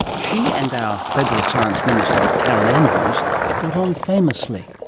she and our federal science minister karen andrews got on famously.